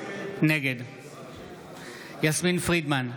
נגד יסמין פרידמן,